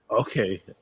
Okay